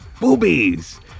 boobies